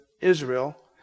Israel